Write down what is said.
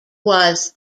was